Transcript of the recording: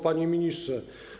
Panie Ministrze!